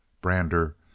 Brander